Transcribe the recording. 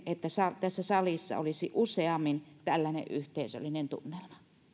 että tässä salissa olisi useammin tällainen yhteisöllinen tunnelma